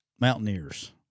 Mountaineers